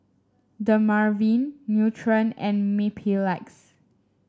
Dermaveen Nutren and Mepilex